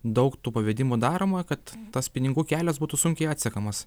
daug tų pavedimų daroma kad tas pinigų kelias būtų sunkiai atsekamas